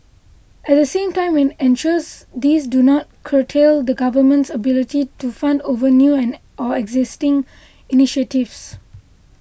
at the same time it ensures these do not curtail the Government's ability to fund other new or existing initiatives